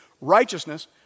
righteousness